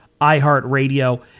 iHeartRadio